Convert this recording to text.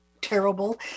terrible